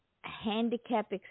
handicap